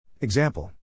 Example